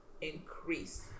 increase